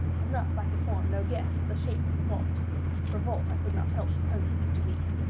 and thus i could form no guess at the shape of the vault for vault i could not help supposing it to be.